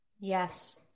Yes